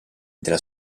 della